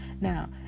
Now